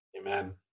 Amen